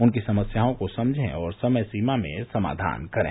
उनकी समस्याओं को समझे और समय सीमा में समाधान करें